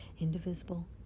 indivisible